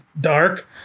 dark